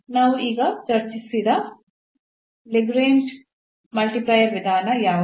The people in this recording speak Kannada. ನಾವು ಈಗ ಚರ್ಚಿಸಿದ ಲ್ಯಾಗ್ರೇಂಜ್ನ ಮಲ್ಟಿಪ್ಲೈಯರ್ Lagrange's multiplier ವಿಧಾನ ಯಾವುದು